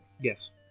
Yes